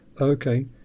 okay